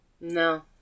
No